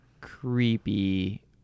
creepy